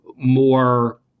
more